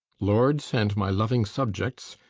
lords and my loving subjects,